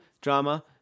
drama